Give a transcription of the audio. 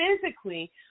physically